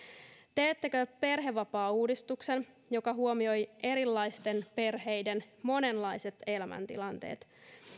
teettekö perhevapaauudistuksen joka huomioi erilaisten perheiden monenlaiset elämäntilanteet